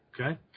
okay